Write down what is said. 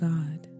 God